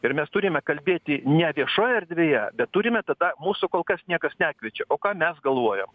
ir mes turime kalbėti ne viešoj erdvėje bet turime tada mūsų kol kas niekas nekviečia o ką mes galvojam